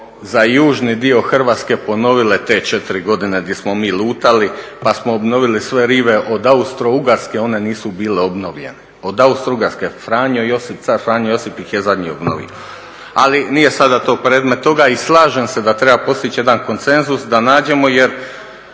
za južni dio Hrvatske ponovile te četiri godine gdje smo mi lutali pa smo obnovili sve rive od Austro-ugarske one nisu bile obnovljene, od Austro-ugarske Franjo Josip car, Franjo Josip ih je zadnji obnovio. Ali nije sada to predmet toga. I slažem se da treba postići jedan konsenzus da nađemo jer